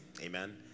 amen